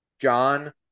John